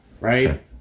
right